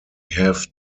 have